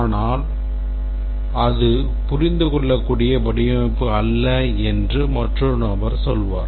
ஆனால் அது புரிந்துகொள்ளக்கூடிய வடிவமைப்பு அல்ல என்று மற்றொரு நபர் சொல்வார்